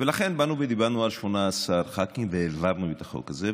ולכן באנו ודיברנו על 18 ח"כים והעברנו את החוק הזה,